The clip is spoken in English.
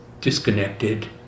disconnected